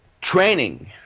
training –